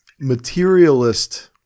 materialist